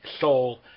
soul